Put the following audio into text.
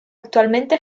actualmente